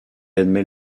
admet